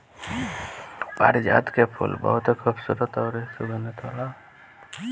पारिजात के फूल बहुते खुबसूरत अउरी सुगंधित होला